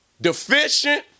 deficient